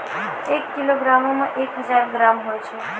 एक किलोग्रामो मे एक हजार ग्राम होय छै